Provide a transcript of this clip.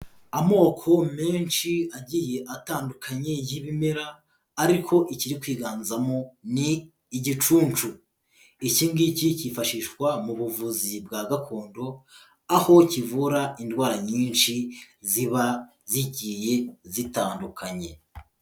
Amoko menshi agiye atandukanye y'ibimera, ariko ikiri kwiganzamo ni igicuncu. Iki ngiki kifashishwa mu buvuzi bwa gakondo, aho kivura indwara nyinshi ziba zigiye zitandukanye.